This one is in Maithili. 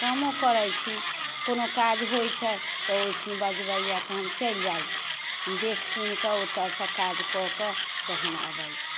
कामो करैत छी कोनो काज होइत छै तऽ ओहिठुन बजबैया तऽ हम चलि जाइत छी हम देख सुनिके ओतऽसँ काज कऽ के तहन अबैत छी